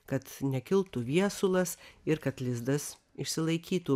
kad nekiltų viesulas ir kad lizdas išsilaikytų